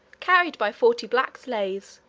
carried by forty black slaves,